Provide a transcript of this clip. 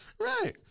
Right